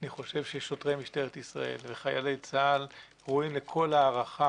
אני חושב ששוטרי משטרת ישראל וחיילי צה"ל ראויים לכל ההערכה,